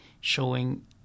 showing